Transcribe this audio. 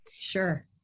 Sure